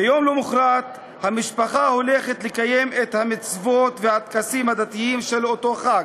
ביום למחרת המשפחה הולכת לקיים את המצוות והטקסים הדתיים של אותו החג,